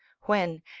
when,